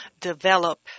develop